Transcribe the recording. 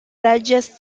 largest